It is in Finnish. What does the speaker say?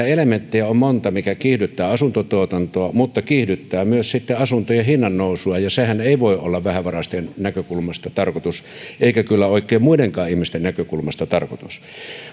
elementtejä mitkä kiihdyttävät asuntotuotantoa mutta kiihdyttävät myös sitten asuntojen hinnannousua ja sehän ei voi olla vähävaraisten näkökulmasta tarkoitus eikä kyllä oikein muidenkaan ihmisten näkökulmasta tarkoitus